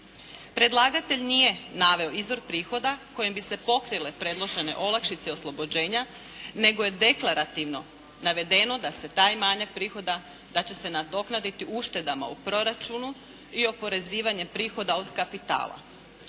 Predlagatelj nije naveo izvor prihoda kojim bi se pokrile predložene olakšice i oslobođenja nego je deklarativno navedeno da se taj manjak prihoda, da će se nadoknaditi uštedama u proračunu i oporezivanjem prihoda od kapitala.